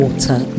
Water